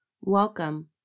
Welcome